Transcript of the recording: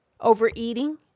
Overeating